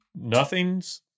nothings